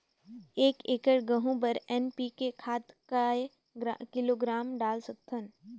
एक एकड़ गहूं बर एन.पी.के खाद काय किलोग्राम डाल सकथन?